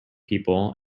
people